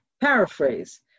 paraphrase